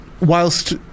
whilst